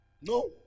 no